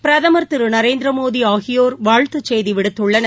பிரதம் திரு நரேந்திரமோடி ஆகியோா் வாழ்த்துச் செய்தி திரு விடுத்துள்ளனர்